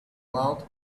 loud